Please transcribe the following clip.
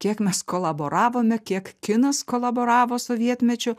kiek mes kolaboravome kiek kinas kolaboravo sovietmečiu